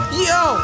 yo